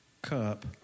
cup